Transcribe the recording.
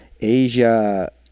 Asia